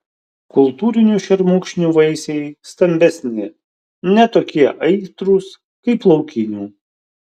kultūrinių šermukšnių vaisiai stambesni ne tokie aitrūs kaip laukinių